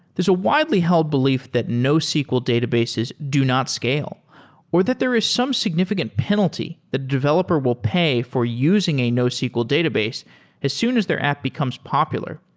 there's a widely held belief that nosql databases do not scale or that there is some significant penalty the developer will pay for using a nosql database as soon as their app becomes popular.